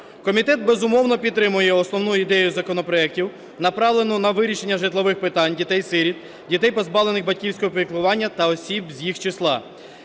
Комітет, безумовно, підтримує основну ідею законопроектів, направлену на вирішення житлових питань дітей-сиріт, дітей, позбавлених батьківського піклування, та осіб з їх числа.